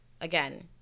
again